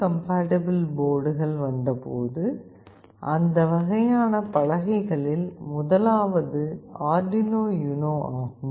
compatible போர்டுகள் வந்தபோது அந்த வகையான பலகைகளில் முதலாவது அர்டுயினோ யுனோ ஆகும்